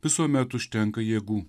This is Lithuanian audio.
visuomet užtenka jėgų